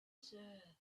serve